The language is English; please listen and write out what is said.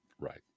right